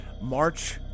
March